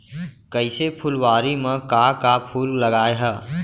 कइसे फुलवारी म का का फूल लगाय हा?